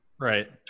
Right